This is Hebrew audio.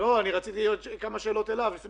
יכולה להצליח לשלם חצי משכורת לבן